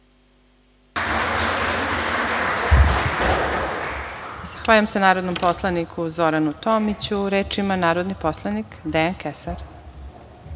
Zahvaljujem se narodnom poslaniku, Zoranu Tomiću. Reč ima narodni poslanik Dejan Kesar.